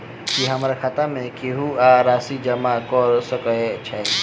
की हमरा खाता मे केहू आ राशि जमा कऽ सकय छई?